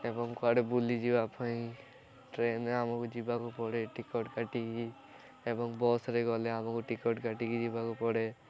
ଏବଂ କୁଆଡ଼େ ବୁଲିଯିବା ପାଇଁ ଟ୍ରେନରେ ଆମକୁ ଯିବାକୁ ପଡ଼େ ଟିକଟ କାଟିକି ଏବଂ ବସ୍ରେ ଗଲେ ଆମକୁ ଟିକଟ କାଟିକି ଯିବାକୁ ପଡ଼େ